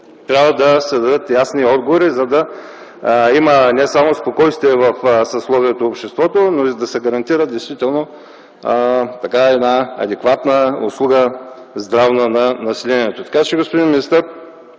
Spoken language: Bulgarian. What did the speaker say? трябва да се дадат ясни отговори, за да има не само спокойствие в съсловието и в обществото, но и да се гарантира действително една адекватна здравна услуга на населението. Така че, господин министър,